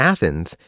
Athens